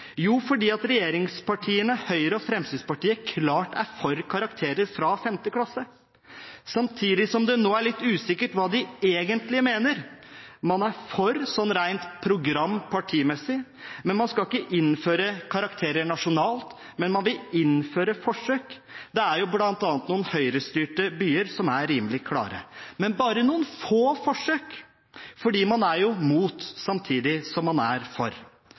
Jo, fordi regjeringspartiene Høyre og Fremskrittspartiet klart er for karakterer fra 5. klasse, samtidig som det nå er litt usikkert hva de egentlig mener. Man er for sånn rent program- og partimessig, men man skal ikke innføre karakterer nasjonalt. Man vil imidlertid tillate forsøk – det er jo bl.a. noen Høyre-styrte byer som er rimelig klare – men bare noen få forsøk, for man er jo imot, samtidig som man er for.